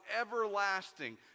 everlasting